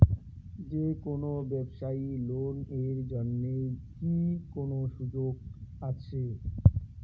যে কোনো ব্যবসায়ী লোন এর জন্যে কি কোনো সুযোগ আসে?